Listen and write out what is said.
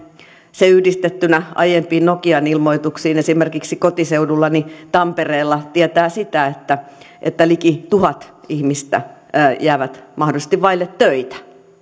yhdistettynä aiempiin nokian ilmoituksiin esimerkiksi kotiseudullani tampereella tietää sitä että että liki tuhat ihmistä jää mahdollisesti vaille töitä